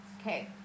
Okay